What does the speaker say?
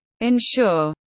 ensure